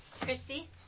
Christy